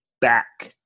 back